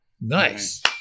Nice